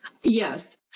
Yes